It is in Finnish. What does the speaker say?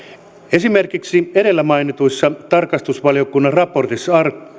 esimerkiksi edellä mainitussa tarkastusvaliokunnan raportissa